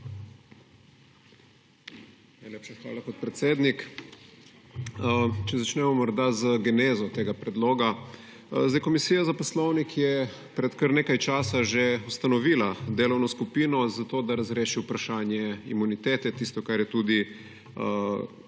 hvala, podpredsednik. Če začnemo morda z genezo tega predloga. Komisija za poslovnik je pred kar nekaj časa že ustanovila delovno skupino, zato da razreši vprašanje imunitete, tisto, kar je tudi